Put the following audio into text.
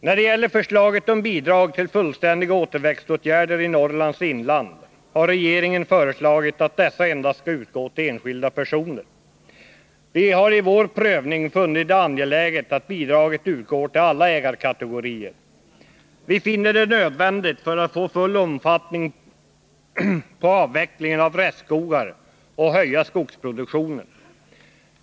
När det gäller förslaget om bidrag till fullständiga återväxtåtgärder i Norrlands inland har regeringen föreslagit att dessa endast skall utgå till enskilda personer. Vi har i vår prövning funnit det angeläget att bidraget utgår till alla ägarkategorier. Vi finner detta nödvändigt för att få full omfattning på avvecklingen av restskogar och höja skogsproduktionen.